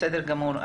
בסדר גמור.